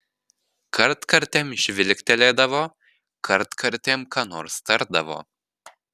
kartkartėm žvilgtelėdavo kartkartėm ką nors tardavo